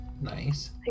Nice